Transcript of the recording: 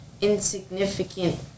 insignificant